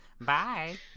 Bye